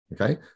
Okay